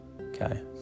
okay